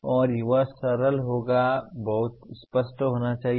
और वे सरल और बहुत स्पष्ट होना चाहिए